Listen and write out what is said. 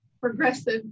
progressive